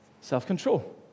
self-control